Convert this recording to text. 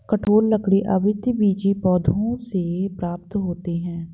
कठोर लकड़ी आवृतबीजी पौधों से प्राप्त होते हैं